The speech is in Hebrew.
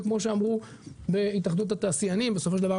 וכמו שאמרו בהתאחדות התעשיינים: בסופו של דבר,